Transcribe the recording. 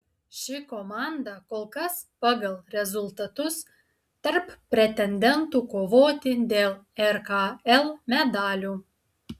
ši komanda kol kas pagal rezultatus tarp pretendentų kovoti dėl rkl medalių